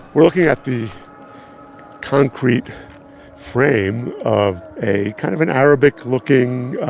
we're looking at the concrete frame of a kind of an arabic-looking